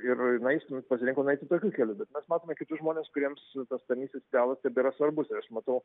ir na jis pasirinko na eiti tokiu keliu bet matome kitus žmones kuriems tas tarnystės idealas tebėra svarbus ir aš matau